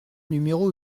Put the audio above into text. numéro